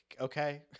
okay